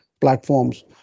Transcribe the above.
platforms